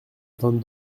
vingt